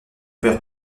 perd